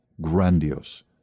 grandiose